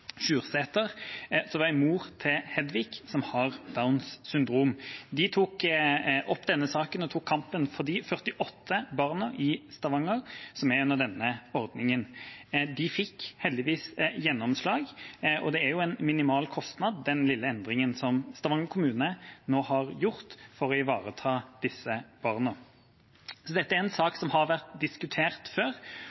som er mor til Hedvig som har Downs syndrom. De tok opp denne saken og tok kampen for de 48 barna i Stavanger som er under denne ordningen. De fikk heldigvis gjennomslag, og det er en minimal kostnad for den lille endringen som Stavanger kommune nå har gjort for å ivareta disse barna. Så dette er en